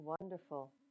Wonderful